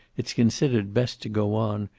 it's considered best to go on,